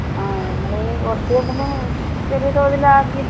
ആ നിങ്ങള് കുറച്ച് എന്തെങ്കിലും ചെറിയ തോതിലാക്കി